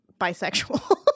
bisexual